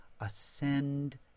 ascend